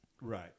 Right